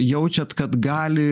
jaučiat kad gali